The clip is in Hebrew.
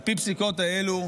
על פי הפסיקות האלה,